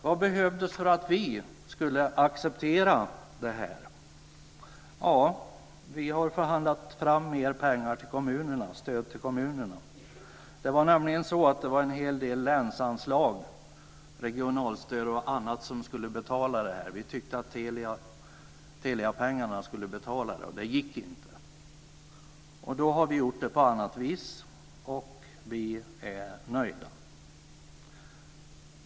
Vad behövdes för att vi skulle acceptera förslaget? Jo, vi har förhandlat fram mer pengar och stöd till kommunerna. Det var nämligen en hel del länsanslag, regionalstöd och annat som skulle betala det här. Vi tyckte att Teliapengarna skulle betala det, men det gick inte. Nu har vi gjort det på annat vis, och vi är nöjda.